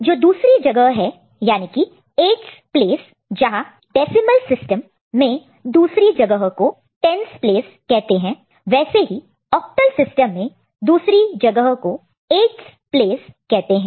जो दूसरी जगह है याने की 8's प्लेस जहां डेसिमल सिस्टम में दूसरी जगह को 10's प्लेस कहते हैं वैसे ही ऑक्टल सिस्टम मैं दूसरी जगह को 8's प्लेस कहते हैं